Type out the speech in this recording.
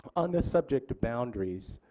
on the subject of boundaries,